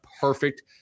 perfect